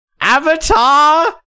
Avatar